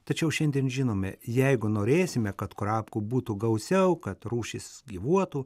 tačiau šiandien žinome jeigu norėsime kad kurapkų būtų gausiau kad rūšis gyvuotų